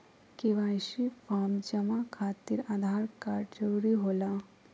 KYC form जमा खातिर Aadhaar card जरूरी होला?